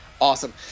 Awesome